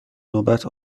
نوبت